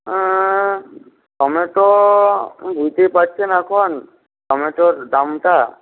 tomato বুঝতেই পারছেন এখন টমেটোর দামটা